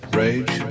rage